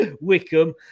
Wickham